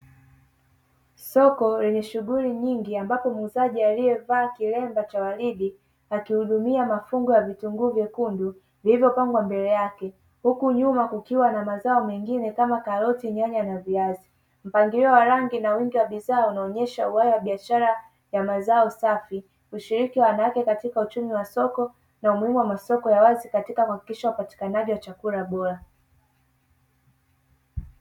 Soko lenye shughuli nyingi ambapo mzazi aliyevaa kilemba cha walidi akihudumia mafungu ya vitunguu vyekundu vilivyoipangwa mbele yake. Huku nyuma, kukiwa na mazao mengine kama karoti, nyanya na viazi. Mpangilio wa rangi na wingi wa vizao unaonyesha uayo biashara ya mazao safi. Ushiriki wa wanawake katika uchumi wa soko na umuhimu wa masoko ya wazi katika kuhakikisha upatikanaji wa chakula bora.